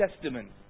Testament